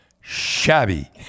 shabby